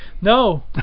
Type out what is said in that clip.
No